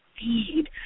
feed